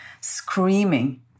screaming